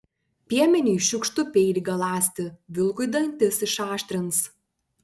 piemeniui šiukštu peilį galąsti vilkui dantis išaštrins